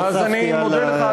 אז אני מודה לך,